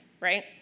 right